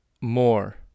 more